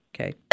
okay